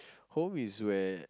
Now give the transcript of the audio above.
home is where